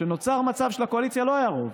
שנוצר מצב שלקואליציה לא היה רוב.